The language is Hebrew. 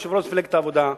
יושב-ראש מפלגת העבודה,